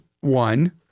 one